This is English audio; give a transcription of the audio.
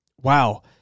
wow